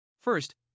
First